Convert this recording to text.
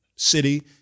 City